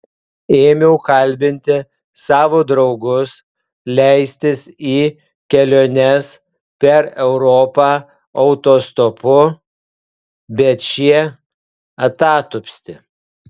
ėmiau kalbinti savo draugus leistis į keliones per europą autostopu bet šie atatupsti